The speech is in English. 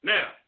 Now